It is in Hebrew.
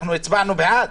אנחנו הצבענו בעד,